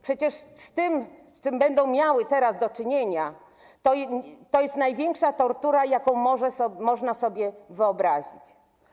Przecież to, z czym będą miały teraz do czynienia, to jest największa tortura, jaką można sobie wyobrazić.